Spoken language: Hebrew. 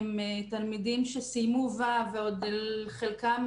הם תלמידים שסיימו ו' ועוד חלקם